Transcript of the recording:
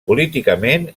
políticament